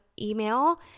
email